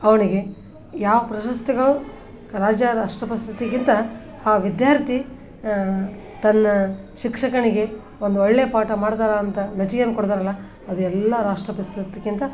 ಅವನಿಗೆ ಯಾವ ಪ್ರಶಸ್ತಿಗಳು ರಾಜ್ಯ ರಾಷ್ಟ್ರ ಪ್ರಶಸ್ತಿಗಿಂತ ಆ ವಿದ್ಯಾರ್ಥಿ ತನ್ನ ಶಿಕ್ಷಕನಿಗೆ ಒಂದು ಒಳ್ಳೆಯ ಪಾಠ ಮಾಡ್ತಾರೆ ಅಂತ ಮೆಚ್ಚುಗೆಯನ್ ಕೊಡ್ತಾರಲ್ಲ ಅದೆಲ್ಲ ರಾಷ್ಟ್ರ ಪ್ರಶಸ್ತಿಗಿಂತ